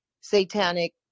satanic